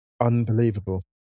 Unbelievable